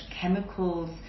chemicals